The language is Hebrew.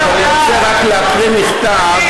טוב, אני רוצה רק להקריא מכתב,